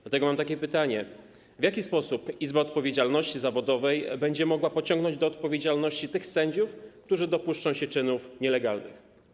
Dlatego mam takie pytanie: W jakiś sposób Izba Odpowiedzialności Zawodowej będzie mogła pociągnąć do odpowiedzialności tych sędziów, którzy dopuszczą się czynów nielegalnych?